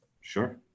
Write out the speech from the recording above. Sure